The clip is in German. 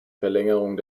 verlängerung